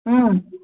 ও